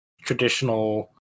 traditional